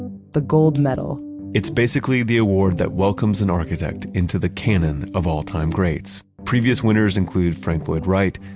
the gold medal it's basically the award that welcomes an architect into the canon of all-time greats. previous winners included frank lloyd wright,